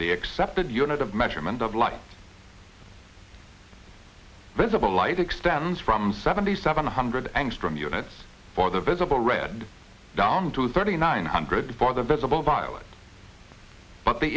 the accepted unit of measurement of light visible light extends from seventy seven hundred angstrom units for the visible red down to thirty nine hundred for the visible violet but the